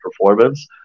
performance